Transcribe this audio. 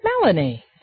Melanie